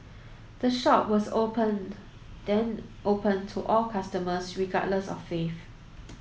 the shop was open then opened to all customers regardless of faith